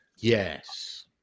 Yes